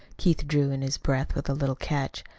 keith drew in his breath with a little catch.